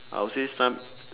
I'll say some